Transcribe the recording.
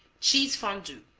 cheese fondue